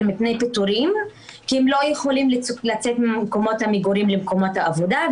מפני פיטורים כי הם לא יכולים לצאת ממקומות המגורים למקומות העבודה,